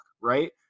right